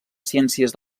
ciències